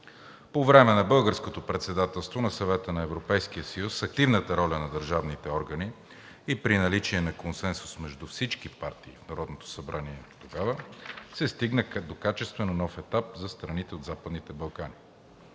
По време на Българското председателство на Съвета на Европейския съюз с активната роля на държавните органи и при наличие на консенсус между всички партии в Народното събрание тогава се стигна до качествено нов етап за страните от Западните Балкани.